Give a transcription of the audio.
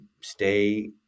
stay